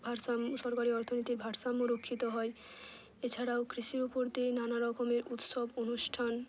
ভারসাম সরকারি অর্থনীতির ভারসাম্য রক্ষিত হয় এছাড়াও কৃষির ওপর দিয়েই নানা রকমের উৎসব অনুষ্ঠান